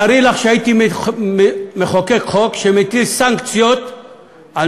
תארי לך שהייתי מחוקק חוק שמטיל סנקציות על